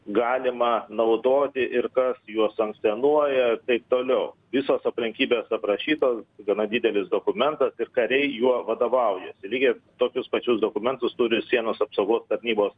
galima naudoti ir kas juos sankcionuoja ir taip toliau visos aplinkybės aprašytos gana didelis dokumentas ir kariai juo vadovaujasi lygiai tokius pačius dokumentus turi sienos apsaugos tarnybos